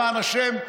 למען השם,